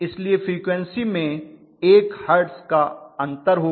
इसलिए फ्रीक्वन्सी में 1hertz का अंतर होगा